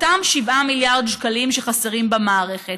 אותם 7 מיליארד שקלים שחסרים במערכת,